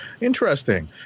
Interesting